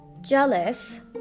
jealous